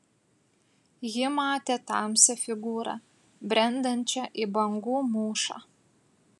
ji matė tamsią figūrą brendančią į bangų mūšą